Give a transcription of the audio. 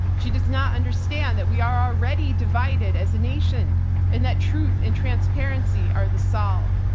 she does not understand that we are already divided as a nation and that truth and transparency are the salve.